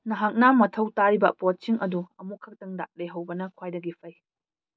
ꯅꯍꯥꯛꯅ ꯃꯊꯧ ꯇꯥꯔꯤꯕ ꯄꯣꯠꯁꯤꯡ ꯑꯗꯨ ꯑꯃꯨꯛ ꯈꯛꯇꯗ ꯂꯩꯍꯧꯕꯅ ꯈ꯭ꯋꯥꯏꯗꯒꯤ ꯐꯩ